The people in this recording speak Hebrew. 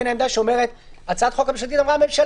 בין העמדה שאומרת בהצעת החוק הממשלתית שהממשלה